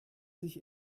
sich